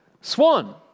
swan